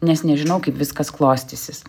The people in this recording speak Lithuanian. nes nežinau kaip viskas klostysis